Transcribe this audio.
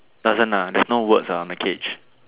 doesn't lah there's no words ah on the cage